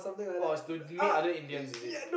oh it's to meet other Indians is it